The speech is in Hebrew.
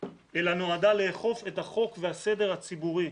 אלא היא נועדה לאכוף את החוק והסדר הציבורי.